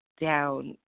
down